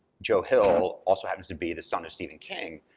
joe hill also happens to be the son of stephen king,